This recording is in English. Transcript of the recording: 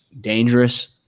dangerous